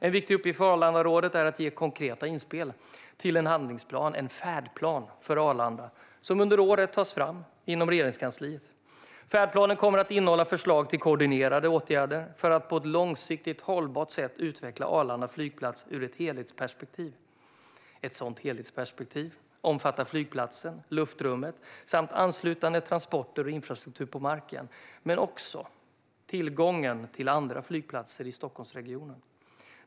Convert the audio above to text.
En viktig uppgift för Arlandarådet är att ge konkreta inspel till en handlingsplan, en "färdplan", för Arlanda som under året tas fram inom Regeringskansliet. Färdplanen kommer att innehålla förslag till koordinerade åtgärder för att på ett långsiktigt hållbart sätt utveckla Arlanda flygplats ur ett helhetsperspektiv. Ett sådant helhetsperspektiv omfattar flygplatsen, luftrummet samt anslutande transporter och infrastruktur på marken men också tillgången till andra flygplatser i Stockholmsregionen.